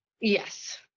Yes